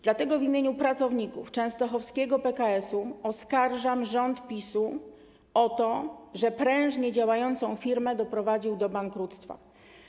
Dlatego w imieniu pracowników częstochowskiego PKS-u oskarżam rząd PiS-u o to, że prężnie działającą firmę doprowadził do bankructwa.